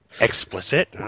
Explicit